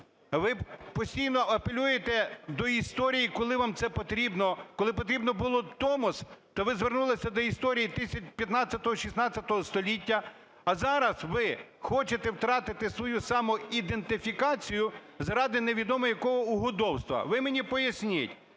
Ви постійно оперуєте до історії, коли вам це потрібно. Коли потрібно було Томос, то ви звернулися до історіїXV-XVI століття, а зараз ви хочете втратити свою самоідентифікацію заради невідомо якого угодовства. Ви мені поясніть,